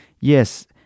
Yes